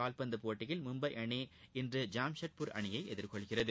கால்பந்து போட்டியில் மும்பை அணி இன்று ஜாம்ஷெ்டபூர் அணியை எதிர்கொள்கிறது